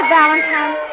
Valentine